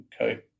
Okay